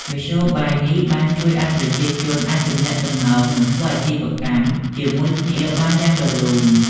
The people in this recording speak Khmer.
មធ្យោបាយនេះបានជួយឱ្យប្រជាជនអាចទំនាក់ទំនងនិងធ្វើអាជីវកម្មជាមួយគ្នាបានយ៉ាងរលូន។